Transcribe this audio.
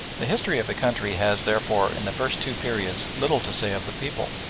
the history of the country has, therefore, in the first two periods little to say of the people.